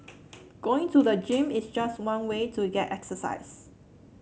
going to the gym is just one way to get exercise